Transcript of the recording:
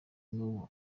nubu